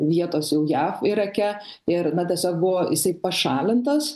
vietos jau jav irake ir na tiesiog buvo jisai pašalintas